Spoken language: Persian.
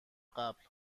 قبل